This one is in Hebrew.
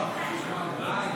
46 בעד,